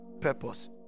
Purpose